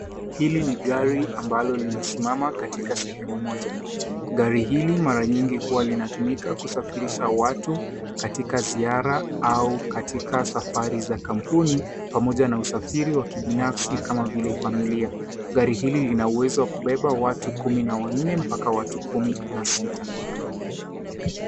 Hili ni gari ambalo limesimama katika sehemu moja. Gari hili mara nyingi huwa linatumika kusafirisha watu, katika ziara au katika safari za kampuni, pamoja na usafiri wa kibinafsi kama vile familia. Gari hili lina uwezo wa kubeba watu kumi na wanne mpaka watu kumi na sita.